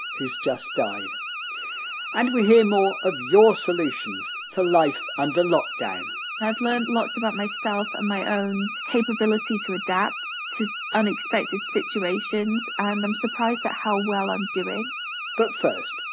who's just died and we hear more of your solutions to life under lockdown i've learnt lots about myself and my own capability to adapt to unexpected situations and i'm surprised at how well i'm doing but first,